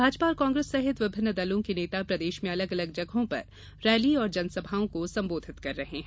भाजपा और कांग्रेस सहित विभिन्न दलों के नेता प्रदेश में अलग अलग जगहों पर रैलियों और जनसभाओं को संबोधित कर रहे हैं